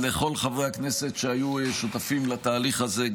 לכל חברי הכנסת שהיו שותפים לתהליך הזה,